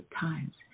times